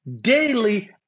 daily